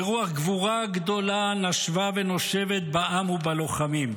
ורוח גבורה גדולה נשבה ונושבת בעם ובלוחמים.